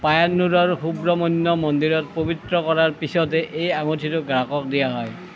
পায়ন্নুৰৰ সুব্ৰমণ্য মন্দিৰত পবিত্ৰ কৰাৰ পিছতহে এই আঙুঠিটো গ্ৰাহকক দিয়া হয়